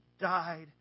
died